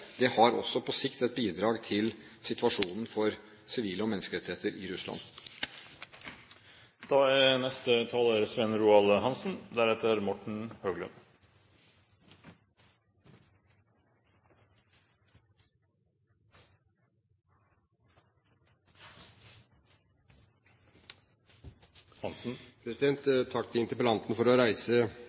også på sikt er et bidrag til situasjonen for sivile, og menneskerettigheter, i Russland. Takk til interpellanten for å reise en debatt om et viktig tema, og til utenriksministeren for